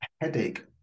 headache